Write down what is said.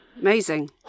Amazing